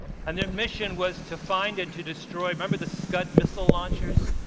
and their mission was to find and to destroy remember the scud missile launchers,